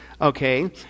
okay